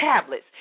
tablets